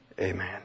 amen